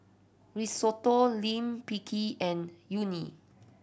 Risotto Lime Picky and Unagi